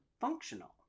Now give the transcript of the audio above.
functional